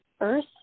Earth